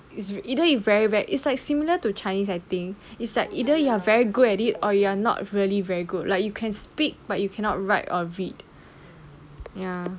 either it's very bad is like similar to chinese I think is that either you are very good at it or you're not really very good like you can speak but you cannot write or read